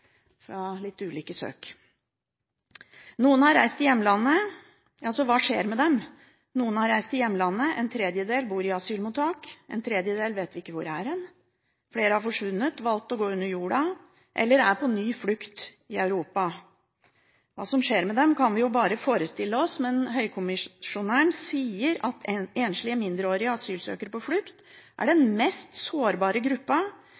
fra litt ulike søk. Hva skjer med dem? Noen har reist til hjemlandet, en tredjedel bor i asylmottak, en tredjedel vet vi ikke hvor er hen, flere har forsvunnet, har valgt å gå under jorda, eller er på ny flukt i Europa. Hva som skjer med dem, kan vi jo bare forestille oss, men høykommissæren sier at en enslig mindreårig asylsøker på flukt er